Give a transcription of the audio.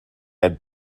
and